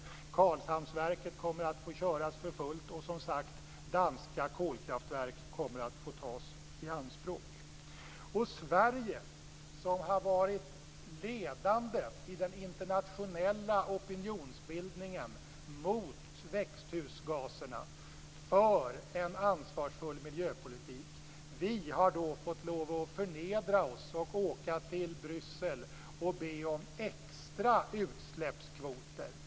Karlshamnsverket kommer att få köras för fullt, och danska kolkraftverk kommer, som sagt var, att få tas i anspråk. Vi i Sverige, som har varit ledande i den internationella opinionsbildningen mot växthusgaserna för en ansvarsfull miljöpolitik, har fått förnedra oss och åka till Bryssel och be om extra utsläppskvoter.